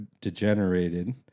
degenerated